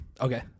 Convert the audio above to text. Okay